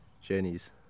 journeys